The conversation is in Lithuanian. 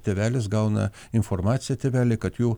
tėvelis gauna informaciją tėveliai kad jų